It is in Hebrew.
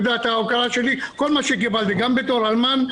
כל מה שקיבלתי גם בתור אלמן,